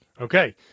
Okay